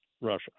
Russia